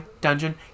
dungeon